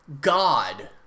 God